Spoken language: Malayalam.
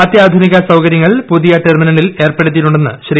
അത്യാധുനിക സൌകര്യങ്ങൾ പുതിയ ടെർമിനലിൽ ഏർപ്പെടുത്തിയിട്ടുണ്ടെന്ന് ശ്രീ